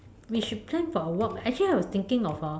we should plan for a walk actually I was think of a